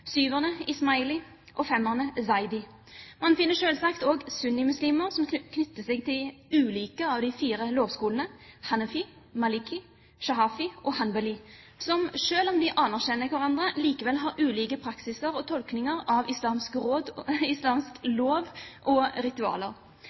og femmerne, zaidi. Man finner selvsagt også sunnimuslimer som knytter seg til ulike av de fire lovskolene, hanafi, maliki, shafi’i og hanbali, som selv om de anerkjenner hverandre, likevel har ulik praksis og ulike tolkninger av islamsk lov og